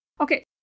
Okay